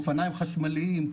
אופניים חשמליים,